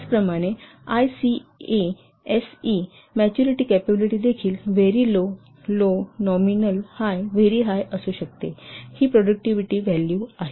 त्याचप्रमाणे ICASE maturity capability देखील very low low nominal high very high असू शकते ही प्रोडक्टव्हिटी व्हॅल्यू आहेत